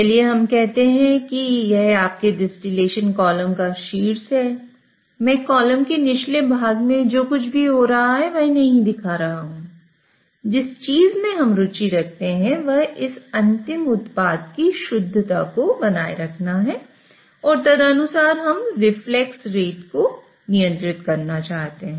चलिए हम कहते हैं कि यह आपके डिस्टलेशन कॉलम को नियंत्रित करना चाहते हैं